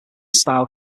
style